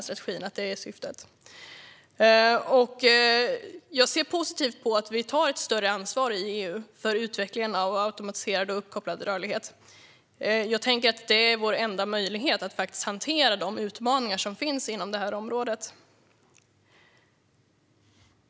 Jag ser positivt på att EU tar ett större ansvar för utvecklingen av automatiserad och uppkopplad rörlighet. Det är nog vår enda möjlighet att hantera de utmaningar som finns på detta område.